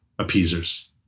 appeasers